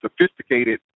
sophisticated